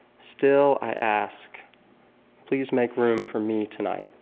still i ask please make room for me tonight.